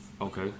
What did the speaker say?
Okay